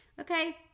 okay